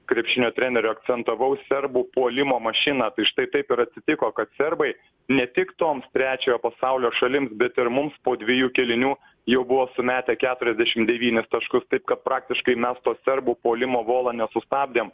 krepšinio treneriu akcentavau serbų puolimo mašiną tai štai taip ir atsitiko kad serbai ne tik toms trečiojo pasaulio šalims bet ir mums po dviejų kėlinių jau buvo sumetę keturiasdešim devynis taškus taip kad praktiškai mes to serbų puolimo volą nesustabdėm